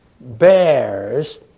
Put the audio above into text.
bears